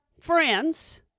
friends